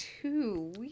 Two